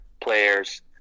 players